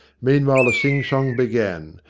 meanwhile the sing-song began,